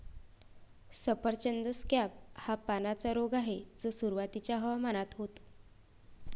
सफरचंद स्कॅब हा पानांचा रोग आहे जो सुरुवातीच्या हवामानात होतो